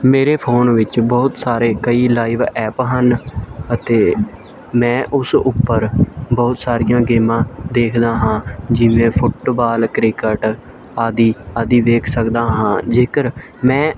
ਮੇਰੇ ਫੋਨ ਵਿੱਚ ਬਹੁਤ ਸਾਰੇ ਕਈ ਲਾਈਵ ਐਪ ਹਨ ਅਤੇ ਮੈਂ ਉਸ ਉੱਪਰ ਬਹੁਤ ਸਾਰੀਆਂ ਗੇਮਾਂ ਦੇਖਦਾ ਹਾਂ ਜਿਵੇਂ ਫੁੱਟਬਾਲ ਕ੍ਰਿਕਟ ਆਦਿ ਆਦਿ ਵੇਖ ਸਕਦਾ ਹਾਂ ਜੇਕਰ ਮੈਂ